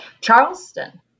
Charleston